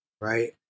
right